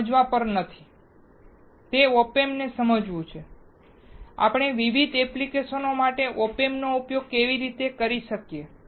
તે Op Amps ને સમજવું છે આપણે વિવિધ એપ્લિકેશનો માટે Op Amps નો ઉપયોગ કેવી રીતે કરી શકીએ